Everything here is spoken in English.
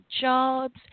jobs